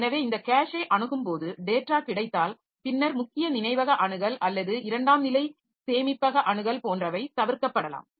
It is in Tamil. எனவே இந்த கேஷை அணுகும்போது டேட்டா கிடைத்தால் பின்னர் முக்கிய நினைவக அணுகல் அல்லது இரண்டாம் நிலை சேமிப்பக அணுகல் போன்றவை தவிர்க்கப்படலாம்